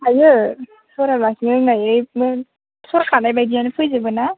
हायो सराबासिनो लोंनो हायो सरखानाय बायदियानो फैजोबोना